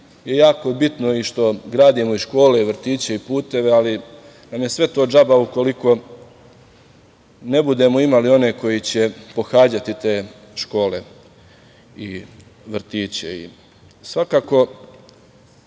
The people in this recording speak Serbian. i jako je bitno što gradimo i škole i vrtiće i puteve, ali nam je sve to džaba ukoliko ne budemo imali one koji će pohađati te škole i vrtiće. Svakako